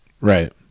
Right